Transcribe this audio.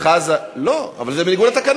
נכון, חבר הכנסת חזן, לא, זה בניגוד לתקנון.